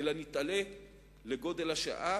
אלא נתעלה לגודל השעה